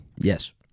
Yes